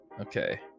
Okay